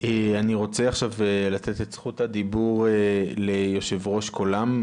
אני רוצה לתת את זכות הדיבור ליו"ר קולם,